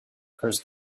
curse